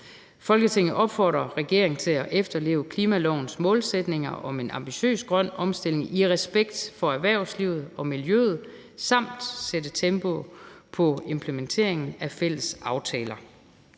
Folketinget opfordrer regeringen til at efterleve klimalovens målsætninger om en ambitiøs grøn omstilling i respekt for erhvervslivet og miljøet samt sætte tempo på implementering af fælles aftaler.